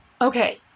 okay